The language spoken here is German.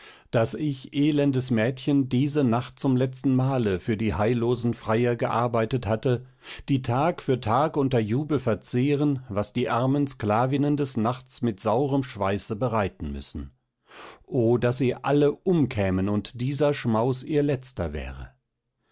daß ich elendes mädchen diese nacht zum letztenmale für die heillosen freier gearbeitet hatte die tag für tag unter jubel verzehren was die armen sklavinnen des nachts mit saurem schweiße bereiten müssen o daß sie alle umkämen und dieser schmaus ihr letzter wäre